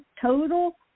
total